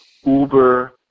Uber